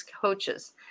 coaches